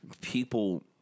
people